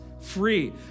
free